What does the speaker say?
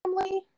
family